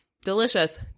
Delicious